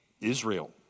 Israel